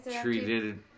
treated